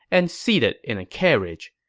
and seated in a carriage.